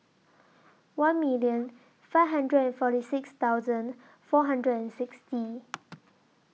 one million five hundred and forty six thousand four hundred and sixty